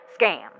scam